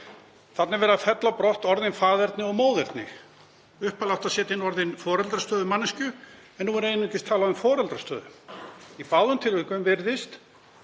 Þarna er verið að fella brott orðin faðerni og móðerni. Upphaflega átti að setja inn orðin foreldrastöðu manneskju en nú er einungis talað um foreldrastöðu. Í báðum tilvikum virðist